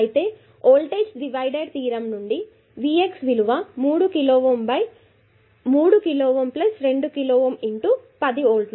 అయితే voltage divider theorem నుండి Vx విలువ 3 కిలోΩ 3 కిలోΩ 2 కిలోΩ 10 వోల్ట్ ఆరు వోల్టులు